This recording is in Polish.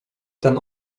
ten